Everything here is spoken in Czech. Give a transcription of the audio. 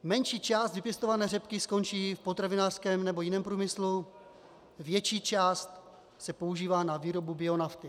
Menší část vypěstované řepky skončí v potravinářském nebo jiném průmyslu, větší část se používá na výrobu bionafty.